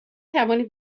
توانید